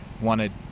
wanted